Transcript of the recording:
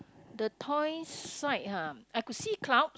the toys side [huh] I could see cloud